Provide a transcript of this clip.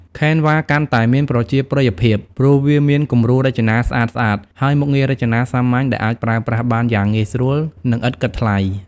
Canva កាន់តែមានប្រជាប្រិយភាព ព្រោះវាមានគំរូរចនាស្អាតៗ និងមុខងាររចនាសាមញ្ញដែលអាចប្រើប្រាស់បានយ៉ាងងាយស្រួល និងឥតគិតថ្លៃ។